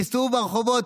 תיסעו ברחובות,